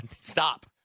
Stop